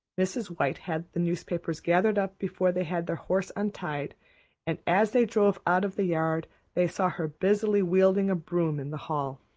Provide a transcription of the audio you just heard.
mrs. white had the newspapers gathered up before they had their horse untied and as they drove out of the yard they saw her busily wielding a broom in the hall.